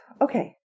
okay